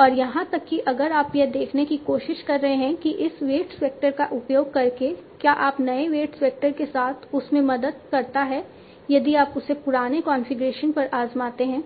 और यहां तक कि अगर आप यह देखने की कोशिश कर रहे हैं कि इस वेट्स वेक्टर का उपयोग करके क्या अब नए वेट्स वेक्टर के साथ उस में मदद करता है यदि आप इसे पुराने कॉन्फ़िगरेशन पर आज़माते हैं